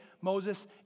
Moses